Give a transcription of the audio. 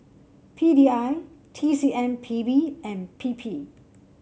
P D I T C M P B and P P